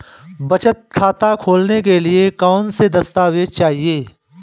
बचत खाता खोलने के लिए कौनसे दस्तावेज़ चाहिए?